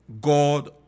God